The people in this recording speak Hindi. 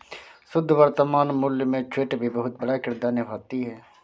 शुद्ध वर्तमान मूल्य में छूट भी बहुत बड़ा किरदार निभाती है